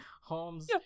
holmes